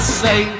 say